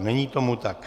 Není tomu tak.